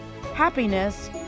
happiness